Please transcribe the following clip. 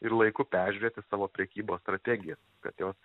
ir laiku peržiūrėti savo prekybos strategijas kad jos